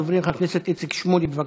ראשון הדוברים, חבר הכנסת איציק שמולי, בבקשה,